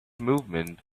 movement